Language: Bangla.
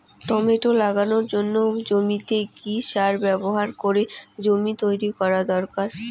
টমেটো লাগানোর জন্য জমিতে কি সার ব্যবহার করে জমি তৈরি করা দরকার?